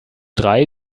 drei